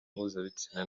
mpuzabitsina